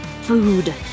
food